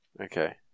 Okay